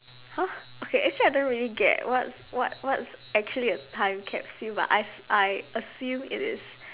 !huh! okay I actually don't really get what's what what's actually a time capsule but I as~ I assume it is